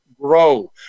Grow